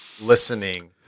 listening